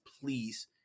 please